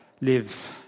lives